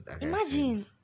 imagine